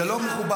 זה לא מכובד.